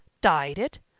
dyed it!